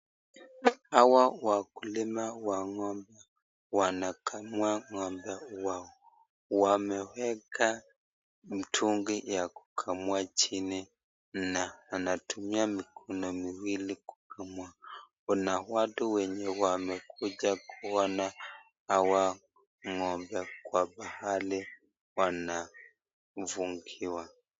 Hawa wakulima wa ng'ombe wanakamua ng'ombe wao. Wameweka mtungi ya kukamua chini na anatumia mikono miwili kulamua . Kuna watu wakuja kuona hawa ng'ombe kwa pahali wanafungiwa.